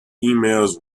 emails